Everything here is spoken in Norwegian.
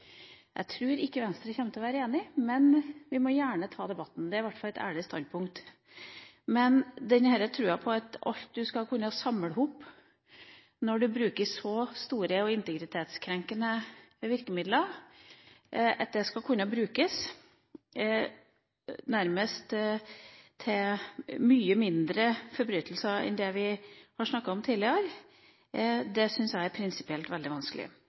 Jeg tror ikke Venstre kommer til å være enig, men vi må gjerne ta debatten. Det er i hvert fall et ærlig standpunkt. Men denne troa på at alt en kan samle i hop når en bruker så store og integritetskrenkende virkemidler, skal kunne brukes ved mye mindre forbrytelser enn det vi har snakket om tidligere, syns jeg er veldig vanskelig